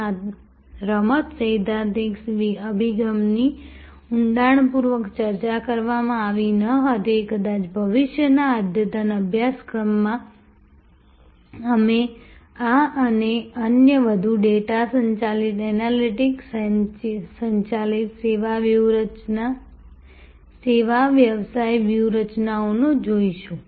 આ રમત સૈદ્ધાંતિક અભિગમની ઊંડાણપૂર્વક ચર્ચા કરવામાં આવી ન હતી કદાચ ભવિષ્યના અદ્યતન અભ્યાસક્રમમાં અમે આ અને અન્ય વધુ ડેટા સંચાલિત એનાલિટિક્સ સંચાલિત સેવા વ્યવસાય વ્યૂહરચનાઓને જોઈશું